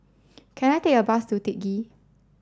can I take a bus to Teck Ghee